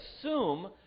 assume